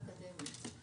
אקדמי.